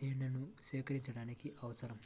తేనెను సేకరించడానికి అవసరం